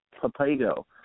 Papago